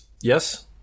Yes